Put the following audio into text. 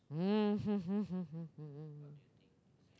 mm hmm hmm hmm hmm hmm